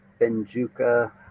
Benjuka